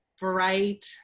bright